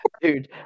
Dude